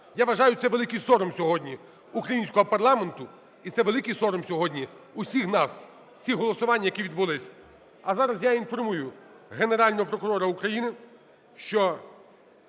Я вважаю, це великий сором сьогодні українського парламенту і це великий сором сьогодні усіх нас і цих голосувань, які відбулись. А зараз я інформую Генерального прокурора України, що